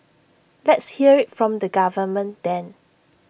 let's hear IT from the government then